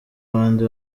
abandi